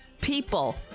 people